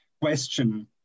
question